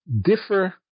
differ